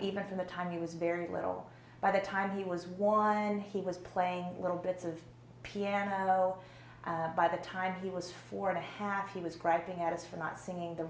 even from the time he was very little by the time he was one and he was playing little bits of piano by the time he was four and a half he was griping at us for not singing the